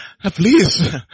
Please